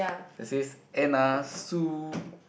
that says Anna Sue